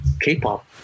K-pop